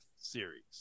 series